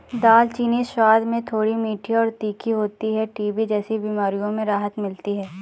दालचीनी स्वाद में थोड़ी मीठी और तीखी होती है टीबी जैसी बीमारियों में राहत मिलती है